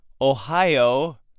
Ohio